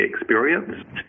experience